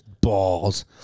balls